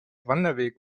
wanderweg